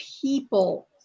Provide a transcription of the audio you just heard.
people